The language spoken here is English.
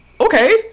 Okay